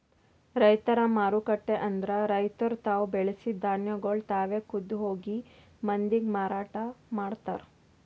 ರೈತರ ಮಾರುಕಟ್ಟೆ ಅಂದುರ್ ರೈತುರ್ ತಾವು ಬೆಳಸಿದ್ ಧಾನ್ಯಗೊಳ್ ತಾವೆ ಖುದ್ದ್ ಹೋಗಿ ಮಂದಿಗ್ ಮಾರಾಟ ಮಾಡ್ತಾರ್